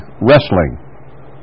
wrestling